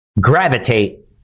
gravitate